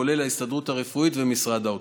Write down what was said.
כולל ההסתדרות הרפואית ומשרד האוצר.